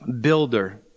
builder